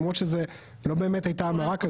למרות שלא באמת הייתה ההמרה כזאת.